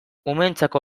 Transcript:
umeentzako